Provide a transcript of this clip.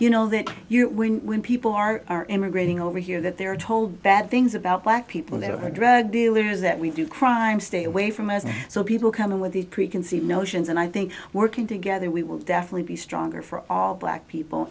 you know that you when people are immigrating over here that they are told bad things about black people there are drug dealers that we do crime stay away from us so people come in with these preconceived notions and i think working together we will definitely be stronger for all black people